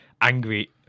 angry